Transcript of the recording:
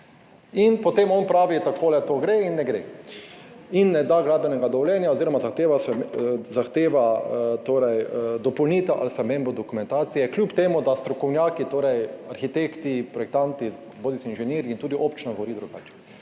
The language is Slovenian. In potem on pravi, takole to gre in ne gre in ne da gradbenega dovoljenja oziroma zahteva dopolnitev ali spremembo dokumentacije kljub temu, da strokovnjaki, torej arhitekti, projektanti, bodisi inženirji in tudi občina govori drugače.